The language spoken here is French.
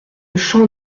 champ